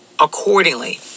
accordingly